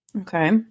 Okay